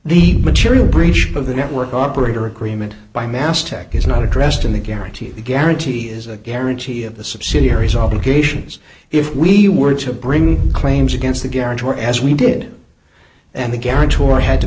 the material breach of the network operator agreement by mass tech is not addressed in the guarantee a guarantee is a guarantee of the subsidiaries obligations if we were to bring claims against the guarantor as we did and the guarantor had to